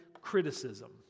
criticism